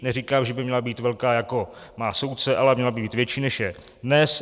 Neříkám, že by měla být velká, jako má soudce, ale měla by být větší, než je dnes.